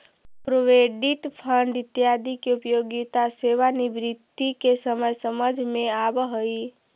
provident fund इत्यादि के उपयोगिता सेवानिवृत्ति के समय समझ में आवऽ हई